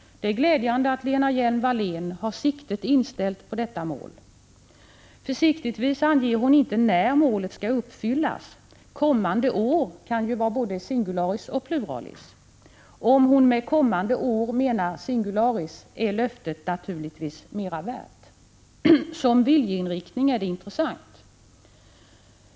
Det är glädjande att Lena Hjelm-Wallén har siktet inställt på detta mål. Försiktigtvis anger hon inte när målet skall uppfyllas — ””kommande år” kan ju vara både singularis och pluralis. Om hon med ”kommande år” menar singularis, är löftet naturligtvis mera värt. Som viljeinriktning är det intressant.